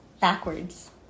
backwards